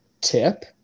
tip